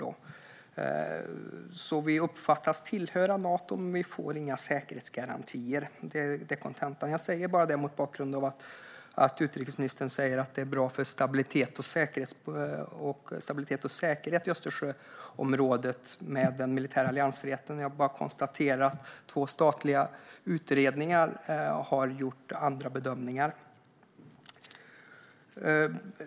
Kontentan är alltså att vi uppfattas tillhöra Nato men att vi inte får några säkerhetsgarantier. Detta säger jag mot bakgrund av att utrikesministern sa att den militära alliansfriheten är bra för stabiliteten och säkerheten i Östersjöområdet. Jag konstaterar att två statliga utredningar har gjort andra bedömningar.